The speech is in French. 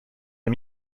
est